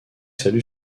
salue